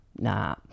nah